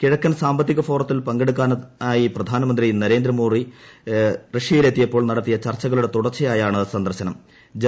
കിഴക്കൻ സാമ്പത്തിക ഫോറ്റത്തിൽ പങ്കെടുക്കാനായി പ്രധാനമന്ത്രി നരേന്ദ്രമോദി റഷ്യയിലെത്തിയപ്പോൾ നടത്തിയ ചർച്ചകളുടെ തുടർച്ചയായാണ് സന്ദർശനം്